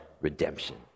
redemption